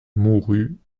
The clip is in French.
mourut